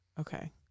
Okay